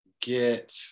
get